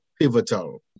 pivotal